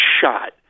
shot